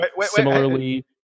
similarly